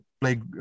play